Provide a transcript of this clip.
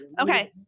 Okay